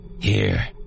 Here